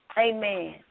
Amen